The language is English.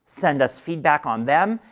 send us feedback on them,